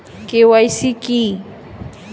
KYC কি?